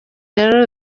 rero